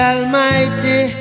Almighty